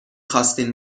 خواستین